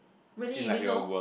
really you didn't know